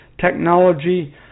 technology